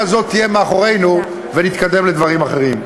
הזאת תהיה מאחורינו ונתקדם לדברים אחרים.